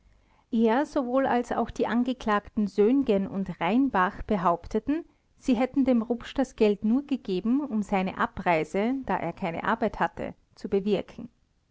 er sowohl als auch die angeklagten söhngen und rheinbach behaupteten sie hätten dem rupsch das geld nur gegeben um seine abreise da er keine arbeit hatte zu bewirken